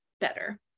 better